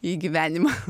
į gyvenimą